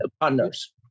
partners